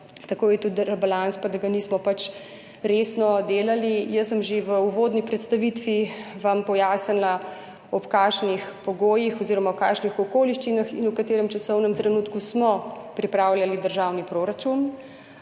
takoj tudi rebalans in da ga nismo resno delali. Jaz sem vam že v uvodni predstavitvi pojasnila, v kakšnih pogojih oziroma v kakšnih okoliščinah in v katerem časovnem trenutku smo pripravljali državni proračun.